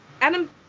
Adam